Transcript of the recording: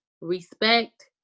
respect